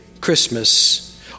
Christmas